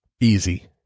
easy